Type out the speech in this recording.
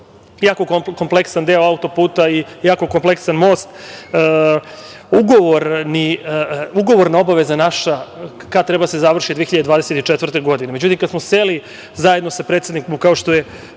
jako kompleksan deo auto-puta i jako kompleksan most. Ugovorna obaveza naša kada treba da se završi je 2024. godina. Međutim, kada smo seli zajedno sa predsednikom, kao što je